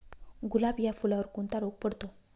गुलाब या फुलावर कोणता रोग पडतो?